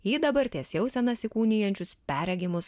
į dabarties jausenas įkūnijančius perregimus